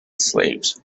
slaves